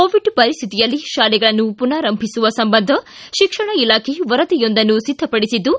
Covid ಪರಿಸ್ಥಿತಿಯಲ್ಲಿ ಶಾಲೆಗಳನ್ನು ಪುನರಾರಂಭಿಸುವ ಸಂಬಂಧ ಶಿಕ್ಷಣ ಇಲಾಖೆ ವರದಿಯೊಂದನ್ನು ಸಿದ್ದಪಡಿಸಿದ್ದು